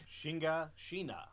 Shingashina